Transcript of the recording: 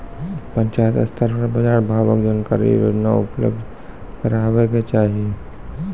पंचायत स्तर पर बाजार भावक जानकारी रोजाना उपलब्ध करैवाक चाही?